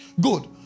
Good